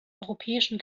europäischen